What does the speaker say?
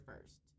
first